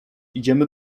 idziemy